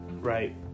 Right